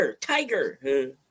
tiger